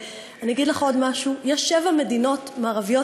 ואני אגיד לך עוד משהו: יש שבע מדינות מערביות